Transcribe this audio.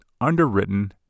underwritten